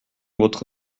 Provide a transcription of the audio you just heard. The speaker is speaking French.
votre